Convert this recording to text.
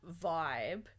vibe